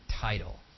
title